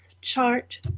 chart